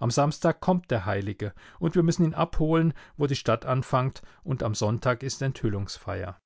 am samstag kommt der heilige und wir müssen ihn abholen wo die stadt anfangt und am sonntag ist enthüllungsfeier